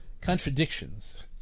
contradictions